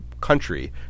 country